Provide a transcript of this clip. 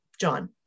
John